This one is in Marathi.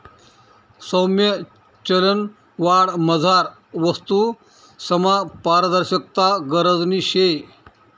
सौम्य चलनवाढमझार वस्तूसमा पारदर्शकता गरजनी शे